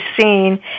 seen